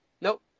Nope